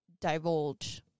divulge